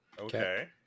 Okay